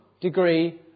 degree